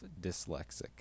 dyslexic